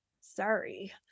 Sorry